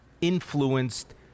influenced